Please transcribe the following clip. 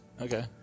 Okay